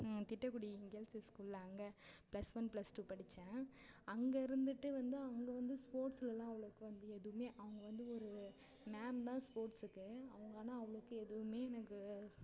நான் திட்டக்குடி கேர்ள்ஸ்சஸ் ஸ்கூலில் அங்கே ப்ளஸ் ஒன் ப்ளஸ் டூ படித்தேன் அங்கே இருந்துட்டு வந்து அங்கே வந்து ஸ்போர்ட்ஸ்லலாம் அவ்வளோக்கா வந்து எதுவுமே அவங்க வந்து ஒரு மேம் தான் ஸ்போர்ட்ஸுக்கு அவங்க ஆனால் அவ்வளோக்கு எதுவுமே எனக்கு